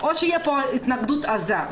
או שתהיה פה התנגדות עזה.